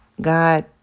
God